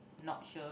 not sure